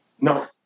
No